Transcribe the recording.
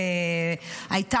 והייתה